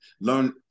learn